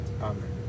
Amen